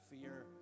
fear